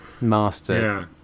master